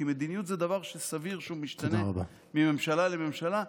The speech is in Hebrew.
כי מדיניות היא דבר שסביר שהוא משתנה מממשלה לממשלה,